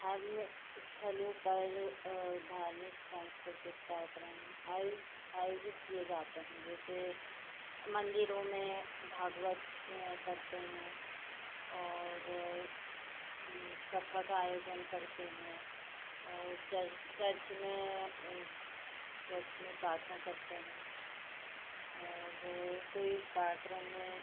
धर्मस्थलों पर धार्मिक सांस्कृतिक कार्यक्रम आयोजी आयोजित किए जाते हैं जैसे मन्दिरों में भागवत करते हैं और कथा का आयोजन करते हैं और चर चर्च में चर्च में प्रार्थना करते हैं और कोई कार्यक्रम में